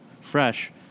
fresh